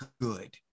good